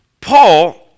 Paul